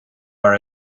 are